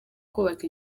kubaka